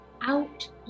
out